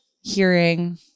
hearing